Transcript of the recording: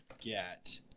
get